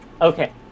okay